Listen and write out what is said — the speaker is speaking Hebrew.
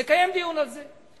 נקיים דיון על זה.